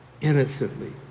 innocently